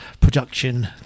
production